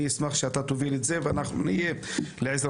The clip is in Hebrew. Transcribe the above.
אני אשמח שאתה תוביל את זה ואנחנו נהיה לעזרתך.